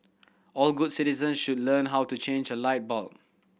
all good citizens should learn how to change a light bulb